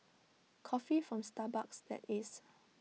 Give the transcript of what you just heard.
coffee from Starbucks that is